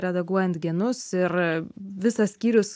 redaguojant genus ir visas skyrius